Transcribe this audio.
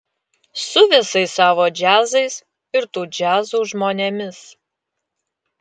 su visais savo džiazais ir tų džiazų žmonėmis